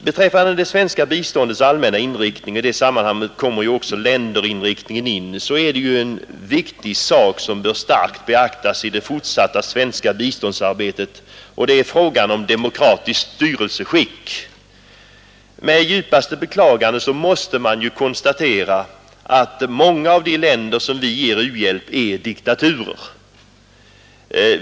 Beträffande det svenska biståndets allmänna inriktning — och i det sammanhanget kommer också länderinriktningen in — är det en viktig sak som bör starkt beaktas i det fortsatta svenska biståndsarbetet, nämligen frågan om demokratiskt styrelseskick. Med djupaste beklagande måste man konstatera att många av de länder som vi ger u-hjälp är diktaturer.